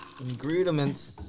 Ingredients